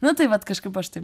nu tai vat kažkaip aš taip